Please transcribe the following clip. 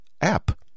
app